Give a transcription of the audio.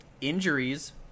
injuries